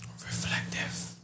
Reflective